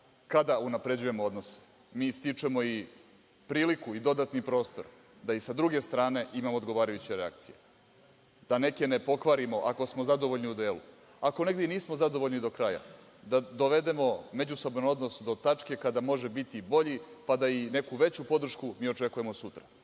kada unapređujemo odnose mi stičemo i priliku i dodatni prostor da i sa druge strane imamo odgovarajuće reakcije, da neke ne pokvarimo ako smo zadovoljni u delu. Ako negde i nismo zadovoljni do kraja, da dovedemo međusoban odnos do tačke kada može biti bolji pa da i neku veću podršku očekujemo sutra.